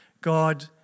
God